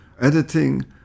editing